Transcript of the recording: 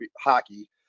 hockey